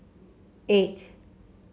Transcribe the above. eight